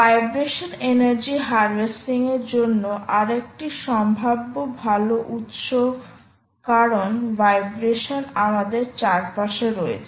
vibration energy harvesting এর জন্য আরেকটি সম্ভাব্য ভাল উত্স কারণ ভাইব্রেশন আমাদের চারপাশে রয়েছে